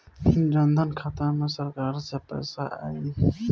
जनधन खाता मे सरकार से पैसा आई?